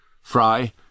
Fry